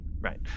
right